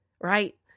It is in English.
right